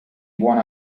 buon